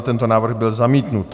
Tento návrh byl zamítnut.